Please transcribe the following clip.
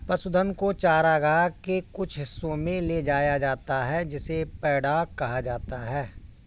पशुधन को चरागाह के कुछ हिस्सों में ले जाया जाता है जिसे पैडॉक कहा जाता है